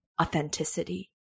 authenticity